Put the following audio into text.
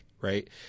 right